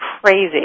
crazy